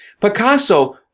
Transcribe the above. Picasso